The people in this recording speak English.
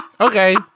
Okay